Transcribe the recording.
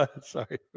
Sorry